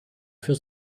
für